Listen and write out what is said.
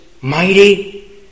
mighty